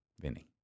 Vinny